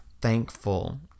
thankful